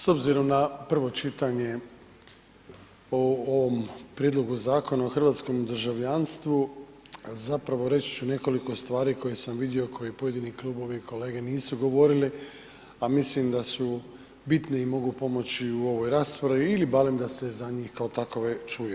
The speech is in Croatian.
S obzirom na prvo čitanje o ovom prijedlogu Zakona o hrvatskom državljanstvu, zapravo reći ću nekoliko stvari koje sam vidio koje pojedini klubovi i kolege nisu govorili, a mislim da su bitni i mogu pomoći u ovoj raspravi ili barem da se za njih kao takove čuje.